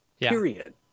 period